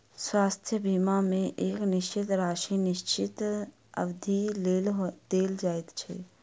स्वास्थ्य बीमा मे एक निश्चित राशि निश्चित अवधिक लेल देल जाइत छै